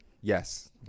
Yes